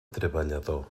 treballador